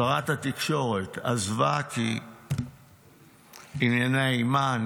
שרת התקשורת עזבה כי ענייניה עימה.